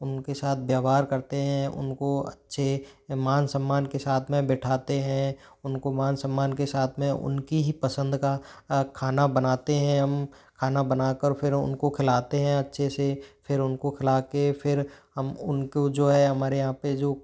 उनके साथ व्यवहार करते हैं उनको अच्छे मान सम्मान के साथ में बिठाते हैं उनको मान सम्मान के साथ में उनकी ही पसंद का खाना बनाते हैं हम खाना बनाकर फिर उनको खिलाते हैं अच्छे से फिर उनको खिलाके फिर हम उनको जो है हमारे यहाँ पे जो